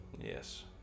Yes